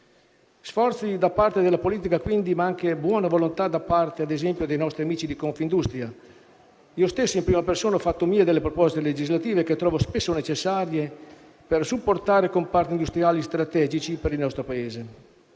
Sforzi da parte della politica, quindi, ma anche buona volontà ad esempio da parte dei nostri amici di Confindustria. Io stesso in prima persona ho fatto mie delle proposte legislative che trovo necessarie per supportare comparti industriali strategici per il nostro Paese.